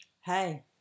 Hey